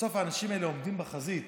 בסוף האנשים האלה עומדים בחזית.